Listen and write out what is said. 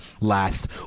last